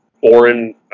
foreign